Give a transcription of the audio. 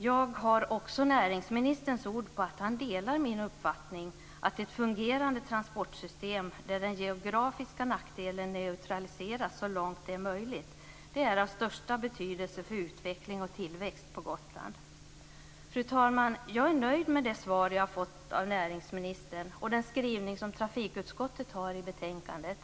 Jag har också näringsministerns ord på att han delar min uppfattning att ett fungerande transportsystem där den geografiska nackdelen neutraliseras så långt det är möjligt är av största betydelse för utveckling och tillväxt på Gotland. Fru talman! Jag är nöjd med det svar som jag har fått av näringsministern och den skrivning som trafikutskottet har i betänkandet.